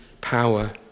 power